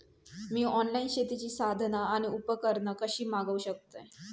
मी online शेतीची साधना आणि उपकरणा कशी मागव शकतय?